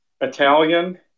Italian